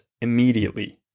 immediately